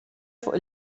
fuq